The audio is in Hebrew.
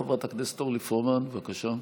חברת הכנסת אורלי פרומן, בבקשה.